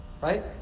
Right